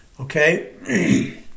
Okay